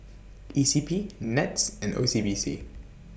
E C P Nets and O C B C